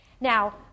Now